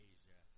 Asia